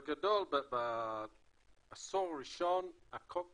בגדול, בעשור הראשון החוק קבע,